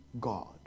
God